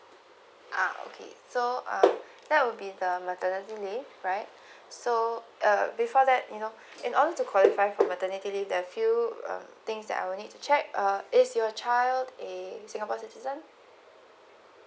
ah okay so uh that will be the maternity leave right so uh before that you know in order to qualified in maternity leave there are a few thing that I will need to check uh is your child eh singapore citizen